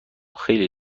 خیلی